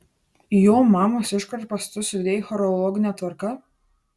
jo mamos iškarpas tu sudėjai chronologine tvarka